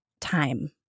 time